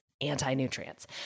anti-nutrients